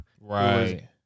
Right